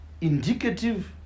Indicative